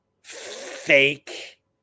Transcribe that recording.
fake